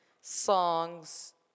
songs